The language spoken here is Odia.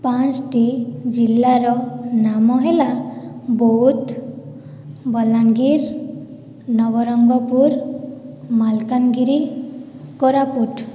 ପାଞ୍ଚୋଟି ଜିଲ୍ଲାର ନାମ ହେଲା ବୌଦ୍ଧ ବଲାଙ୍ଗୀର ନବରଙ୍ଗପୁର ମାଲାକାନଗିରି କୋରାପୁଟ